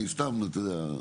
אני סתם אתה יודע.